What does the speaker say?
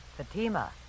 Fatima